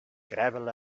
gravel